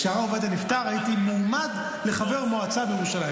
כשהרב עובדיה נפטר הייתי מועמד לחבר מועצה בירושלים,